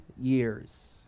years